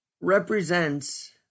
represents